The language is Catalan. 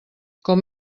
com